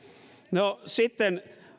no sitten